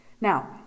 now